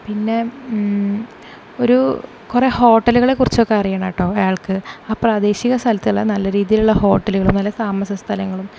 പിന്നെ ഒരു കുറേ ഹോട്ടലുകളെ കുറിച്ചൊക്കെ അറിയണം കേട്ടോ അയാൾക്ക് ആ പ്രാദേശിക സ്ഥലത്തുള്ള നല്ല രീതിയിലുള്ള ഹോട്ടലുകളും നല്ല താമസ സ്ഥലങ്ങളും